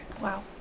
Wow